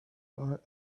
are